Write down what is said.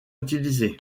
utilisé